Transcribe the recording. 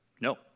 No